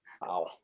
Wow